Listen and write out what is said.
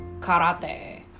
karate